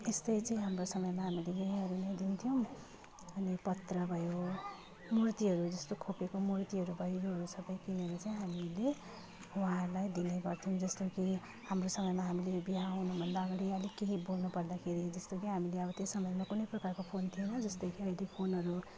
यस्तै चाहिँ हाम्रो समयमा हामीले यहीहरू नै दिन्थ्यौँ अनि पत्र भयो मूर्तिहरू जस्तो खोपेको मूर्तिहरू भयो योहरू सबै किनेर चाहिँ हामीले उहाँहरूलाई दिने गर्थ्यौँ जस्तो कि हाम्रो समयमा हामीले बिहा हुनुभन्दा अगाडि अलिकति बोल्नुपर्दाखेरि जस्तो कि हामीले अब त्यो समयमा कुनै प्रकारको फोन थिएन जस्तै कि अहिले फोनहरू